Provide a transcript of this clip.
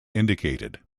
indicated